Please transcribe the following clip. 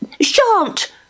Shant